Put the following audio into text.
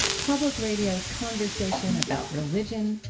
public radio's conversation about religion,